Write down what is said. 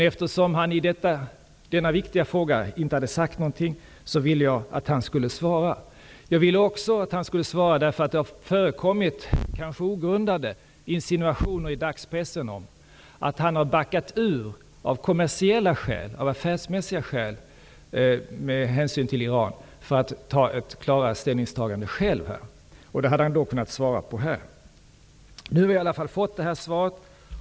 Eftersom han i denna viktiga fråga inte hade uttalat sig, ville jag att han skulle svara på mina frågor. Jag ville att statsministern skulle svara också därför att det har förekommit -- kanske ogrundade -- insinuationer i dagspressen om att han av affärsmässiga skäl och med hänsyn till Iran backat från att själv här göra ett klarare ställningstagande. Detta hade statsministern nu kunnat bemöta. Jag har i alla fall fått det här svaret.